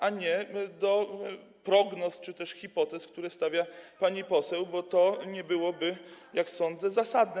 a nie do prognoz czy też hipotez, które stawia pani poseł, bo to nie byłoby, jak sądzę, zasadne.